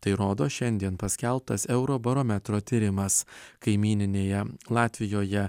tai rodo šiandien paskelbtas eurobarometro tyrimas kaimyninėje latvijoje